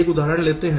एक उदाहरण लेते हैं